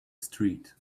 street